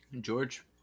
George